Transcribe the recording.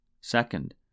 Second